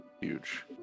huge